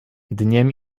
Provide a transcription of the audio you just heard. dniem